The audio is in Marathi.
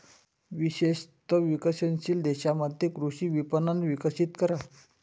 विशेषत विकसनशील देशांमध्ये कृषी विपणन विकसित करा